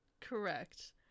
correct